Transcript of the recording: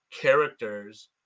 characters